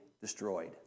destroyed